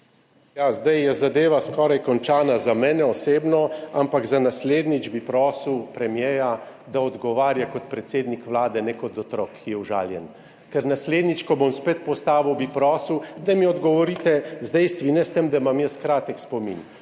Zdaj je zadeva skoraj končana za mene osebno, ampak za naslednjič bi prosil premierja, da odgovarja kot predsednik Vlade, ne kot otrok, ki je užaljen. Ker naslednjič, ko bom spet postavil, bi prosil, da mi odgovorite z dejstvi, ne s tem, da imam jaz kratek spomin.